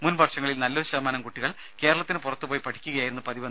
മുൻ വർഷങ്ങളിൽ നല്ലൊരു ശതമാനം കുട്ടികൾ കേരളത്തിനു പുറത്തുപോയി പഠിക്കുകയായിരുന്നു പതിവ്